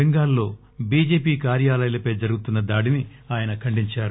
బెంగాల్ లో బీజేపీ కార్యాలయాలపై జరుగుతున్న దాడిని ఆయన ఖండించారు